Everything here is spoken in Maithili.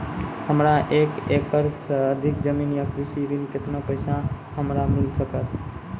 हमरा एक एकरऽ सऽ अधिक जमीन या कृषि ऋण केतना पैसा हमरा मिल सकत?